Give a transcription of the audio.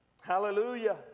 Hallelujah